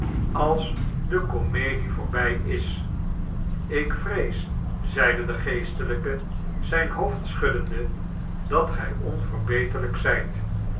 als de komedie voorbij is ikvrees zeide de geestelijke zijn hoofd schuddende dat gij onverbeterlijk zijt